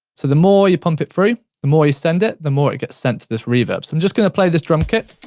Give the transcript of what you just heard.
so, the more you pump it through, the more you send it, the more it gets sent to this reverb. so, i'm just gonna play this drum kit.